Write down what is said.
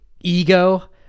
ego